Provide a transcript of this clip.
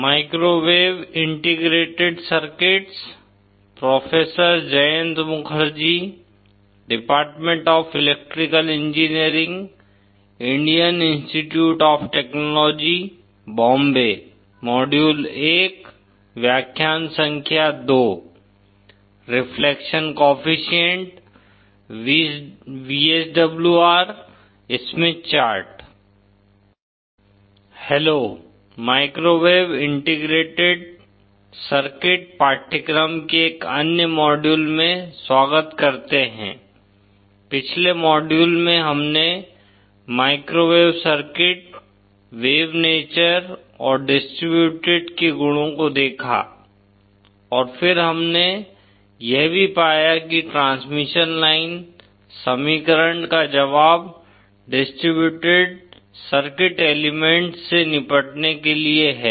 hello microwave integrated circuit पाठ्यक्रम के एक अन्य मॉड्यूल में स्वागत करते हैं पिछले मॉड्यूल में हमने माइक्रोवेव सर्किट वेव नेचर और डिस्ट्रिब्यूटेड के गुणों को देखा और फिर हमने यह भी पाया कि ट्रांसमिशन लाइन समीकरण का जवाब डिस्ट्रिब्यूटेड सर्किट एलिमेंट्स से निपटने के लिए है